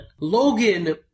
Logan